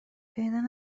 پیدا